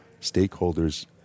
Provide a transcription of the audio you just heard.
stakeholders